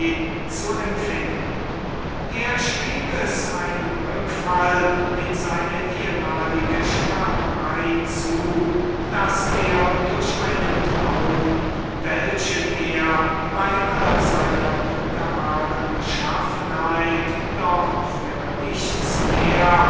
zu empfinden er schrieb es einem rückfall in seine ehmalige schwärmerei zu daß er sich durch einen traum welchen er mit aller seiner sonderbaren beschaffenheit doch für nichts mehr